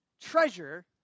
treasure